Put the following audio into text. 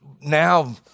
now